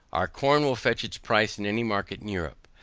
our corn will fetch its price in any market in europe,